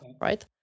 right